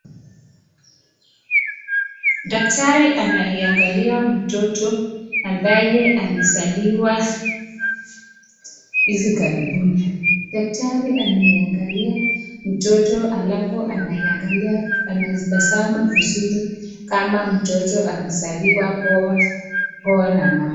Daktari anaiangalia mtoto ambaye amezaliwa hivi karibuni. Daktari anaiangalia mtoto alafu anaitazama vizuri kama mtoto amezaliwa poa na mama.